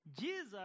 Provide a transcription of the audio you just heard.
Jesus